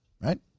right